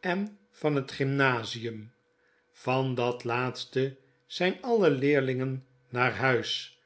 en van het gymnasium van dat laatste zyn alle leerlingen naar huis